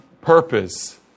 purpose